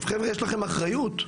חבר'ה, יש לכם אחריות,